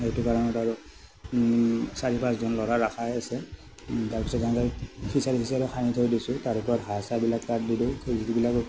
সেইটো কাৰণত আৰু চাৰি পাঁচজন ল'ৰা ৰাখাই আছে তাৰপিছত সিফালে ফিচাৰী চিচাৰী খান্দি থৈ দিছোঁ তাৰে ওপৰত হাঁহ চাহবিলাক তাত দি দিওঁ বিলাকো